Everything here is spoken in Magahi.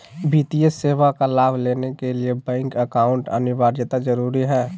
वित्तीय सेवा का लाभ लेने के लिए बैंक अकाउंट अनिवार्यता जरूरी है?